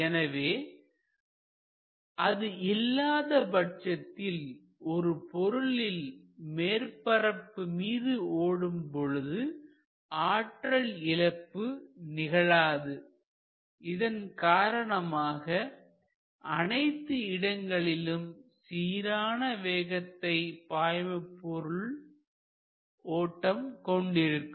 எனவே அது இல்லாதபட்சத்தில்ஒரு பொருளின் மேற்பரப்பு மீது ஓடும் பொழுது ஆற்றல் இழப்பு நிகழாது இதன் காரணமாக அனைத்து இடங்களிலும் சீரான வேகத்தை பாய்மபொருள்ஓட்டம் கொண்டிருக்கும்